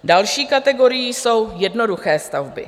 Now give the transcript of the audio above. Další kategorií jsou jednoduché stavby.